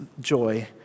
joy